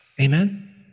Amen